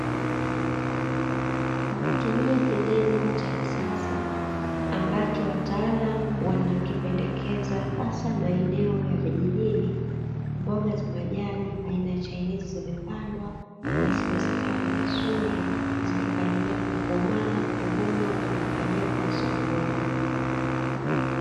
Kwa kutumia kilimo cha kisasa ambacho wataalamu wanakipendekeza hasa maeneo ya vijijini; mboga za majani aina ya chainizi zimepandwa na zimestawi vizuri, zikikaribia kukomaa huvunwa na kupelekwa sokoni.